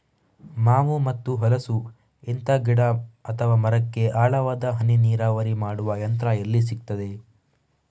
ಮಾವು ಮತ್ತು ಹಲಸು, ಇಂತ ಗಿಡ ಅಥವಾ ಮರಕ್ಕೆ ಆಳವಾದ ಹನಿ ನೀರಾವರಿ ಮಾಡುವ ಯಂತ್ರ ಎಲ್ಲಿ ಸಿಕ್ತದೆ?